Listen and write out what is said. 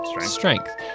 Strength